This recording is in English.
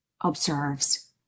observes